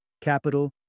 capital